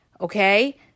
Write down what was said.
okay